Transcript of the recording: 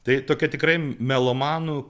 tai tokia tikrai melomanų